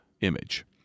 image